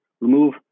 Remove